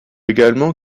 également